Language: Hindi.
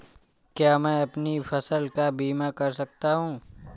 क्या मैं अपनी फसल का बीमा कर सकता हूँ?